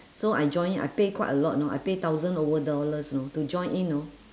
so I join in I pay quite a lot you know I pay thousand over dollars you know to join in you know